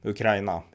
Ukraina